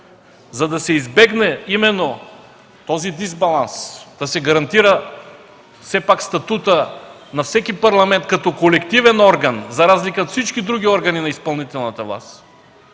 За да се избегне именно този дисбаланс, да се гарантира все пак статутът на всеки Парламент като колективен орган – за разлика от всички други органи на изпълнителната власт